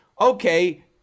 okay